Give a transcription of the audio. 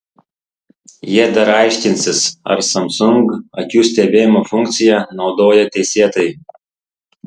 jie dar aiškinsis ar samsung akių stebėjimo funkciją naudoja teisėtai